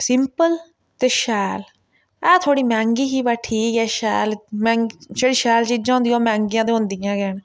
simple ते शैल ऐ थ्होड़ी मैंह्गी ही बट ठीक ही शैल मैंह्गी जेह्ड़ियां शैल चीज़ा होंदियां ओह् मैंह्गियां ते होंदियां गै न